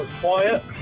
quiet